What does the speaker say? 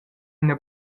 ina